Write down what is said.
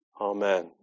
Amen